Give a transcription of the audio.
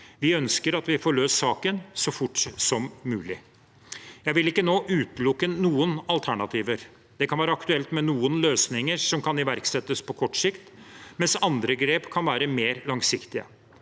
Vi ønsker at vi får løst saken så fort som mulig. Jeg vil ikke nå utelukke noen alternativer. Det kan være aktuelt med noen løsninger som kan iverksettes på kort sikt, mens andre grep kan være mer langsiktige.